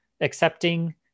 accepting